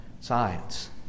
science